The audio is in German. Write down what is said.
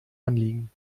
anliegen